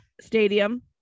stadium